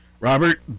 Robert